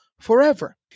forever